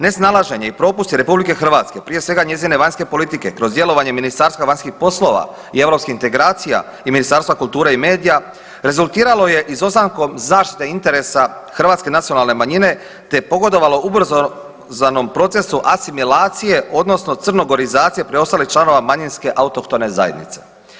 Nesnalaženje i propusti RH, prije svega njezine vanjske politike, kroz djelovanje Ministarstva vanjskih poslova i europskih integracija i Ministarstva kulture i medija rezultiralo je izostankom zaštite interesa hrvatske nacionalne manjine te pogodovalo ubrzanom procesu asimilacije odnosno crnogorizacije preostalih članova manjinske autohtone zajednice.